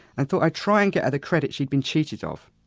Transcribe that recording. and thought i'd try and get her the credit she'd been cheated of.